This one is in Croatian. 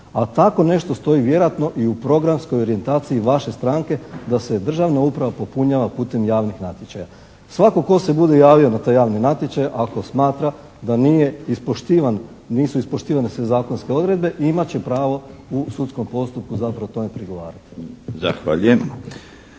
Ali tako nešto stoji vjerojatno i u programskoj orijentaciji vaše stranke da se državna uprava popunjava putem javnih natječaja. Svatko tko se bude javio na taj javni natječaj ako smatra da nije ispoštivan, nisu ispoštivane sve zakonske odredbe imat će pravo u sudskom postupku zapravo o tome pregovarati. **Milinović,